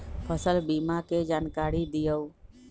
फसल बीमा के जानकारी दिअऊ?